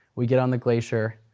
we get on the glacier,